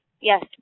yes